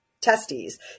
testes